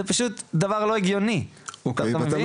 זה פשוט דבר שהוא לא הגיוני, אתה מבין?